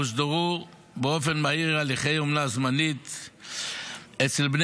הוסדרו באופן מהיר הליכי אומנה זמנית אצל בני